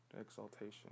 exaltation